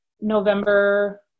November